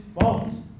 false